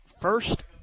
First